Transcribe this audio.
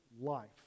life